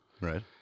right